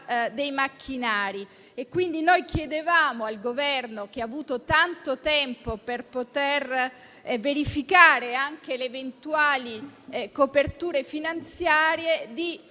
dei macchinari. Noi chiediamo al Governo, che ha avuto tanto tempo per poter verificare anche le eventuali coperture finanziarie, di